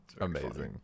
Amazing